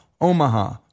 Omaha